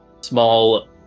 small